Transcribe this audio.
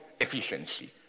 efficiency